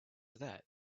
that